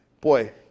boy